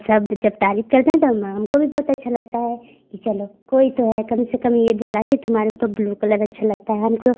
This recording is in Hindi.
सब जब तारीफ करते हैं त हम हमको भी बहुत अच्छा लगता है कि चलो कोई तो है कम से कम ये बोला कि तुम्हारे ऊपर ब्लू कलर अच्छा लगता है हमको